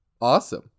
Awesome